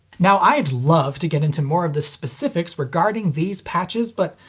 now, i'd love to get into more of the specifics regarding these patches, but.